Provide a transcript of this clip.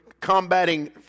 combating